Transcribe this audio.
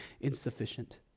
insufficient